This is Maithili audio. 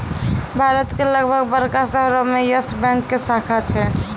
भारत के लगभग बड़का शहरो मे यस बैंक के शाखा छै